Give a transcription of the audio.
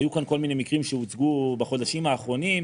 היו כאן כל מיני מקרים שהוצגו בחודשים האחרונים,